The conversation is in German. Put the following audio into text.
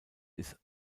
ist